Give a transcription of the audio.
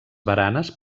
baranes